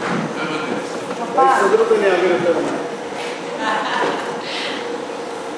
קבוצת סיעת מרצ וקבוצת